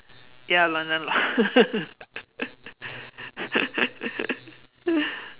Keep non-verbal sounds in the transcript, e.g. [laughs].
ya lah ya lah [laughs]